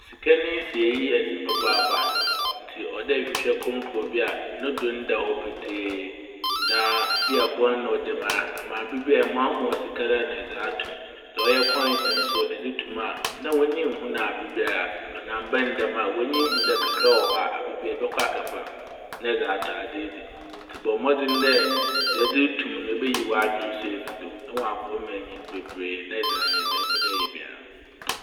Sika ne nsiei yɛ dzen papaapa. Ntsi ɔwɔ dɛ ɛhwehwɛ konkro a no do nnda hɔ petee. Na.. ebi a bɔn na ɔda mu ara na aber biara ɛmoamoa sika no a na ɛdze ato mu. Dza ɔyɛ kɔɛns nso edze to mu a, na w'enyi nnhu no aber biara. Ɔno ammbɛ no dɛm a w'enyi hu dɛ kakra wɔ hɔ a, ɔno aber biara ɛbɔkɔ akɛfa na ɛdze atɔ adze edzi. Ntsi bɔ mbɔdzen dɛ dza edze roto mu no ebeyi w'adwen so efir do na ɔaboa wo ma enya no bebree na ɛdze ayɛ dza epɛ dɛ ɛyɛ biara.